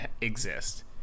exist